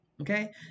Okay